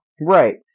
Right